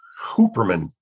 Hooperman